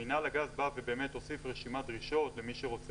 מינהל הגז בא והוסיף רשימת דרישות למי שרוצה